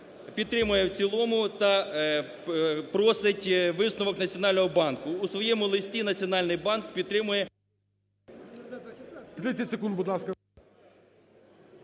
підтримує в цілому та просить висновок Національного банку. У своєму листи Національний банк підтримує… ГОЛОВУЮЧИЙ. 30 секунд, будь ласка.